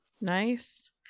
nice